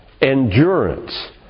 endurance